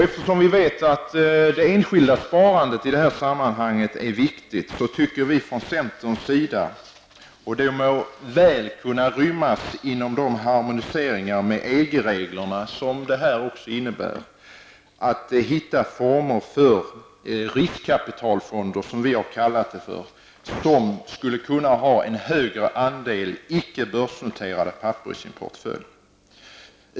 Eftersom vi vet att det enskilda sparandet har stor betydelse i det här sammanhanget tycker vi i centern att det är viktigt att hitta former för riskkapital, som vi har kallat det, som skulle kunna ha en högre andel icke börsnoterade papper i sin portfölj. Det skulle väl kunna rymmas inom de harmoniseringar med EG reglerna som detta också innebär.